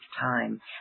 time